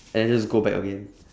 and then just go back again